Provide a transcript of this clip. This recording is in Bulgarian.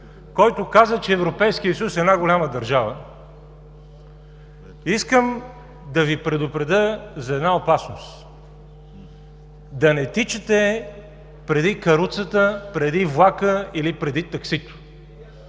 който каза, че Европейският съюз е една голяма държава, искам да Ви предупредя за една опасност: да не тичате преди каруцата, преди влака, или преди таксито,